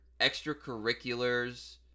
extracurriculars